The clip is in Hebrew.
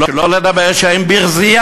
שלא לדבר על כך שאין ברזייה,